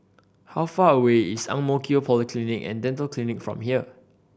how far away is Ang Mo Kio Polyclinic and Dental Clinic from here